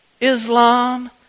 Islam